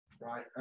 right